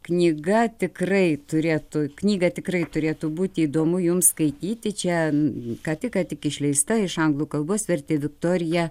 knyga tikrai turėtų knygą tikrai turėtų būti įdomu jums skaityti čia ką tik ką tik išleista iš anglų kalbos vertė viktorija